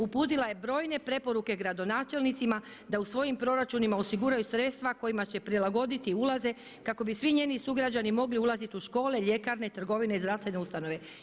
Uputila je brojne preporuke gradonačelnicima da u svojim proračunima osiguraju sredstva kojima će prilagoditi ulaze kako bi svi njeni sugrađani mogli ulaziti u škole, ljekarne, trgovine i zdravstvene ustanove.